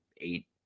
eight